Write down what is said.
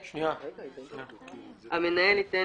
(ב)המנהל ייתן,